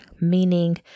meaning